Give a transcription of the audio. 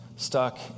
Stuck